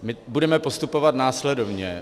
My budeme postupovat následovně.